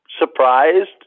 surprised